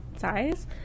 size